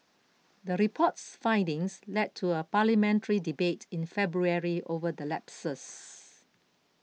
the report's findings led to a parliamentary debate in February over the lapses